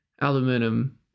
aluminum